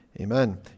Amen